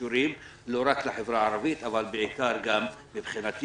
לא רק לחברה הערבית אבל בעיקר בחברה זו.